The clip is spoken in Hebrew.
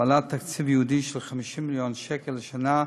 בעלת תקציב ייעודי של 50 מיליון שקל לשנה.